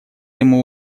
ему